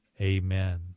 amen